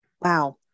wow